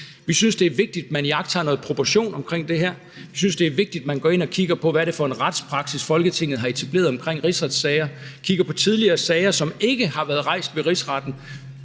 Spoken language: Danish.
Vi synes, det er vigtigt, at man her iagttager noget proportion. Vi synes, det er vigtigt, at man går ind og kigger på, hvad det er for en retspraksis, Folketinget har etableret omkring rigsretssager, at man kigger på tidligere sager, som ikke har været rejst ved rigsretten,